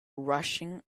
rushing